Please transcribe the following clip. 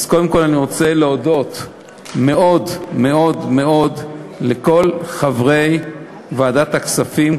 קודם כול אני רוצה להודות מאוד מאוד מאוד לכל חברי ועדת הכספים,